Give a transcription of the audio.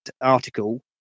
article